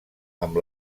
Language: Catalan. amb